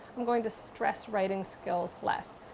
i'm going to stress writing skills less.